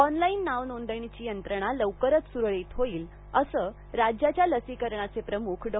online नाव नोंदणीची यंत्रणा लवकरच सुरळीत होईल असं राज्याच्या लसीकरणाचे प्रमुख डॉ